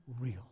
real